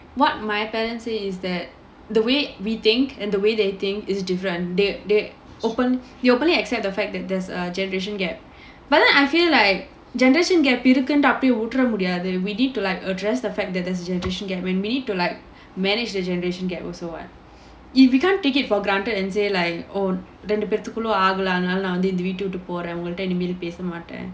what my parents say is that the way we think and the way they think is different they they open they openly accept the fact that there's a generation gap but then I feel like generation gap இருக்குண்டு அப்படியே விட்டுற முடியாது:irukkundu appadiyae vittura mudiyaathu we need to like address the fact that there's a generation gap we need to like manage the generation gap also [what] we can't take it for granted and say like oh ரெண்டு பேர் குள்ள ஆகல அதுனால நான் வந்து இந்த வீட்டை விட்டு போறேன் உங்கள்ட நான் இனிமே பேச மாட்டேன்:rendu per kulla aagala adhunaala naan vanthu intha veetai vittu poraen ungalda naan inimae pesa maattaen